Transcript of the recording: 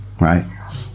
right